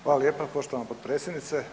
Hvala lijepo poštovana potpredsjednice.